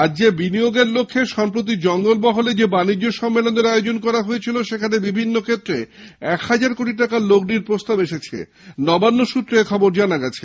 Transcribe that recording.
রাজ্যে বিনিয়োগের লক্ষ্যে সম্প্রতি জঙ্গলমহলে যে বানিজ্য সম্মেলনের আয়োজন করা হয়েছিল সেখানে বিভিন্ন ক্ষেত্রে এক হাজার কোটি টাকা বিনিয়োগের প্রস্তাব এসেছে বলে নবান্ন সূত্রে জানা গিয়েছে